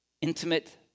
Intimate